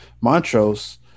Montrose